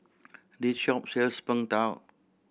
this shop sells Png Tao